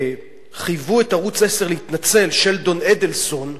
חייבו את ערוץ-10 להתנצל, שלדון אדלסון,